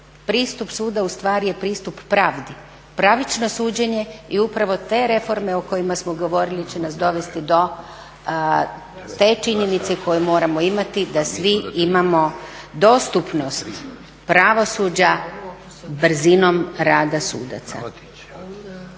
pristup suda ustvari je pristup pravdi. Pravično suđenje i upravo te reforme o kojima smo govorili će nas dovesti do te činjenice koju moramo imati da svi imamo dostupnost pravosuđa brzinom rada sudaca.